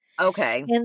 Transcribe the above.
okay